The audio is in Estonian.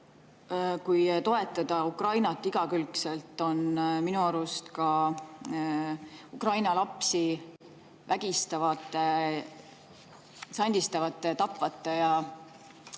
kui toetada Ukrainat igakülgselt on minu arust [takistada] ukraina lapsi vägistavate, sandistavate, tapvate ja